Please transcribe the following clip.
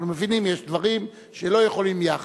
אנחנו מבינים, יש דברים שלא יכולים יחד.